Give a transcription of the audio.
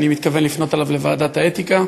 ואני מתכוון לפנות עליו לוועדת האתיקה,